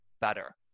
better